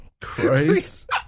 Christ